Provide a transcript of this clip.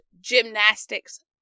Gymnastics